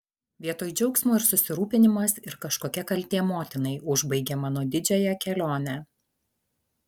vietoj džiaugsmo ir susirūpinimas ir kažkokia kaltė motinai užbaigė mano didžiąją kelionę